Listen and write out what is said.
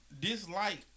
dislike